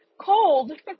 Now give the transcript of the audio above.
cold